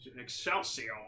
Excelsior